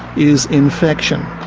is infection.